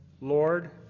Lord